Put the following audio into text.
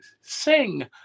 sing